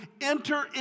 enter